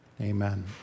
Amen